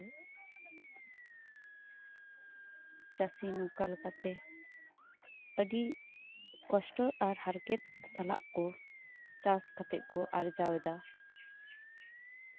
ᱛᱚ ᱪᱟᱥᱤ ᱱᱚᱝᱠᱟ ᱞᱮᱠᱟᱛᱮ ᱟᱹᱰᱤ ᱠᱚᱥᱴᱚ ᱟᱨ ᱦᱟᱨᱠᱮᱛ ᱥᱟᱞᱟᱜ ᱠᱚ ᱪᱟᱥ ᱠᱟᱛᱮ ᱠᱚ ᱟᱨᱡᱟᱣᱮᱫᱟ